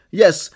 yes